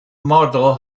model